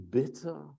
bitter